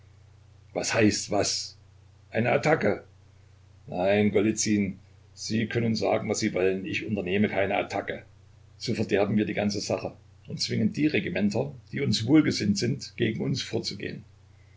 was heißt was eine attacke nein golizyn sie können sagen was sie wollen ich unternehme keine attacke so verderben wir die ganze sache und zwingen die regimenter die uns wohlgesinnt sind gegen uns vorzugehen